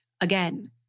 Again